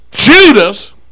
Judas